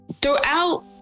Throughout